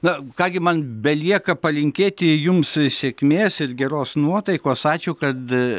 na ką gi man belieka palinkėti jums sėkmės ir geros nuotaikos ačiū kad